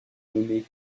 nommé